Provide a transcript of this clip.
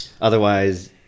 Otherwise